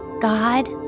God